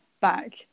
back